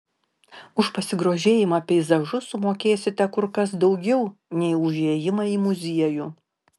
už pasigrožėjimą peizažu sumokėsite kur kas daugiau nei už įėjimą į muziejų